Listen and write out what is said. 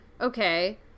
okay